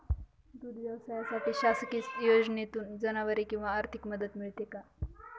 दूध व्यवसायासाठी शासकीय योजनेतून जनावरे किंवा आर्थिक मदत मिळते का?